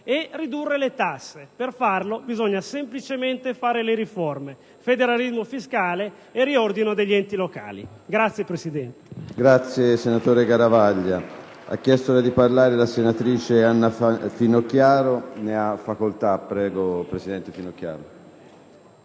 e ridurre le tasse. Per farlo bisogna semplicemente fare le riforme: federalismo fiscale e riordino degli enti locali.